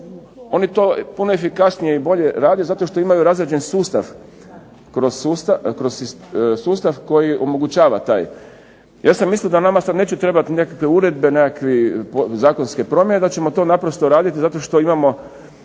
Oni to puno efikasnije i bolje rade zato što imaju razrađen sustav, sustav koji omogućava taj. Ja sam mislio da nama sad neće trebati nekakve uredbe, nekakve zakonske promjene, da ćemo to naprosto raditi zato što imamo